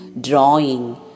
drawing